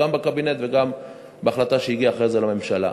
גם בקבינט וגם בהחלטה שהגיעה אחרי זה לממשלה.